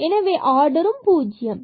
எனவே ஆர்டரும் பூஜ்ஜியம் ஆகிறது